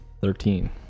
Thirteen